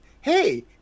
hey